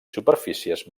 superfícies